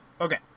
okay